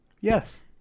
Yes